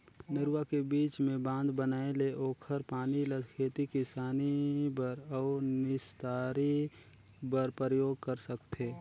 नरूवा के बीच मे बांध बनाये ले ओखर पानी ल खेती किसानी बर अउ निस्तारी बर परयोग कर सकथें